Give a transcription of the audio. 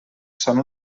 són